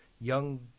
young